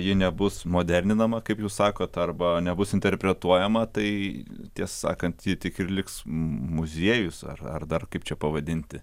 ji nebus moderninama kaip jūs sakot arba nebus interpretuojama tai tiesą sakant ji tik ir liks muziejus ar dar kaip čia pavadinti